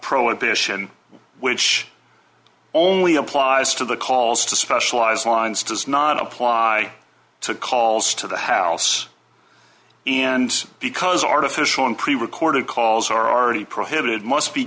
prohibition which only applies to the calls to specialized lines does not apply to calls to the house and because artificial in prerecorded calls are already prohibited must be